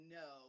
no –